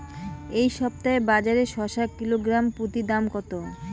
এই সপ্তাহে বাজারে শসার কিলোগ্রাম প্রতি দাম কত?